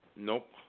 Nope